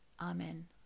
Amen